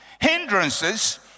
Hindrances